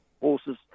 horses